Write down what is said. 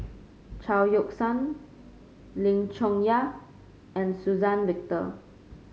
Chao Yoke San Lim Chong Yah and Suzann Victor